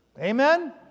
Amen